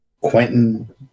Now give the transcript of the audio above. Quentin